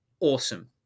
awesome